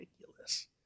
ridiculous